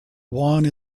one